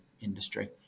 industry